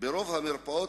ברוב המרפאות,